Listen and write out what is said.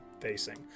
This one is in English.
facing